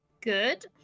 Good